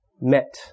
met